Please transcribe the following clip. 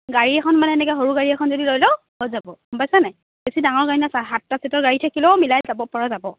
গাড়ী এখন মানে এনেকে সৰু গাড়ী এখন যদি লৈ লওঁ হৈ যাব গম পাইছনে নাই বেছি ডাঙৰ গাড়ী নহয় চা সাতটা চিটৰ গাড়ী থাকিলেও মিলাই যাব পৰা যাব